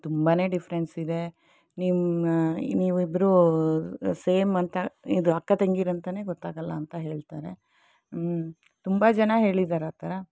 ತುಂಬನೇ ಡಿಫರೆನ್ಸ್ ಇದೆ ನಿಮ್ಮ ನೀವಿಬ್ರು ಸೇಮ್ ಅಂತ ಇದು ಅಕ್ಕ ತಂಗಿರಂತಾನೆ ಗೊತ್ತಾಗಲ್ಲ ಅಂತ ಹೇಳ್ತಾರೆ ತುಂಬ ಜನ ಹೇಳಿದಾರೆ ಆ ಥರ